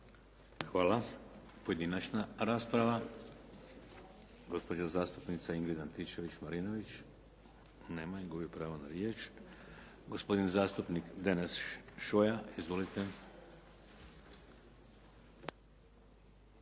Hvala. Pojedinačna rasprava. Gospođa zastupnica Ingrid Antičević Marinović. Nema je. Gubi pravo na riječ. Gospodin zastupnik Deneš Šoja. Izvolite.